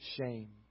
shame